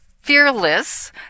fearless